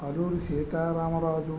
Alluri Sitaramaraju